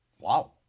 Wow